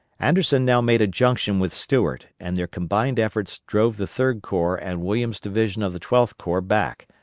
anderson now made a junction with stuart, and their combined efforts drove the third corps and williams' division of the twelfth corps back,